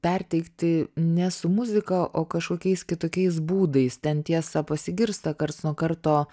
perteikti ne su muzika o kažkokiais kitokiais būdais ten tiesa pasigirsta karts nuo karto